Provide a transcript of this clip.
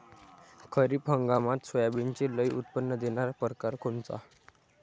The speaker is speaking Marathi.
खरीप हंगामात सोयाबीनचे लई उत्पन्न देणारा परकार कोनचा?